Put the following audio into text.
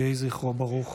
יהי זכרו ברוך.